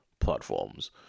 platforms